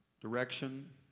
direction